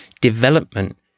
development